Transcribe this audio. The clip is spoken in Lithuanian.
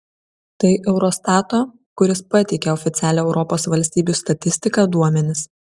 tai eurostato kuris pateikia oficialią europos valstybių statistiką duomenys